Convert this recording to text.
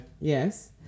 Yes